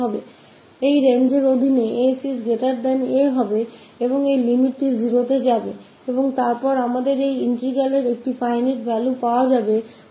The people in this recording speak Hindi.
तो s के इस रेंज के तहत s a यह सीमा 0 पर जाएगी और हमारे पास इसका परिमित मूल्य हैअभिन्न